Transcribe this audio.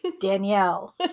Danielle